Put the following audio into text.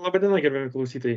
laba diena gerbiami klausytojai